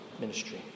ministry